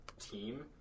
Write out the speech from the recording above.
team